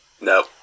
no